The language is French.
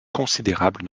considérable